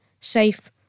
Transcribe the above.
safe